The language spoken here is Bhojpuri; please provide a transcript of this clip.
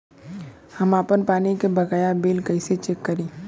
हम आपन पानी के बकाया बिल कईसे चेक करी?